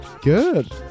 Good